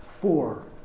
Four